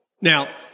Now